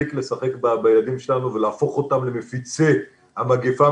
להפסיק לשחק בילדים שלנו ולהפוך אותם למפיצי המגפה,